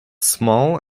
small